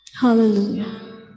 Hallelujah